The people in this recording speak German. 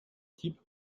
tipp